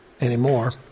anymore